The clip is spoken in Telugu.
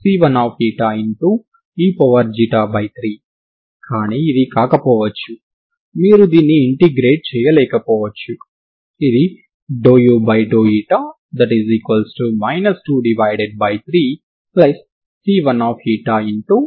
e3 కానీ ఇది కాకపోవచ్చు మీరు దీన్ని ఇంటిగ్రేట్ చేయలేకపోవచ్చు ఇది ∂u 23C1